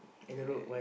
okay